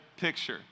picture